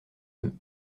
deux